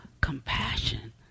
compassion